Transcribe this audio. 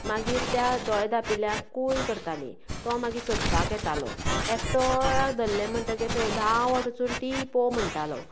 मागीर त्या दोळ्या धांपील्ल्याक कूंय करतालीं तो मागीर सोदपाक येतालो एकटो धरलें म्हणटकीर थंय धांवत वचून टिपो म्हणटालो